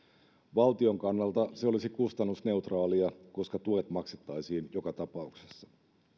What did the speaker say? valtion kannalta se olisi kustannusneutraalia koska tuet maksettaisiin joka tapauksessa